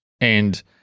and-